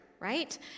right